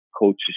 coaches